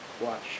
watch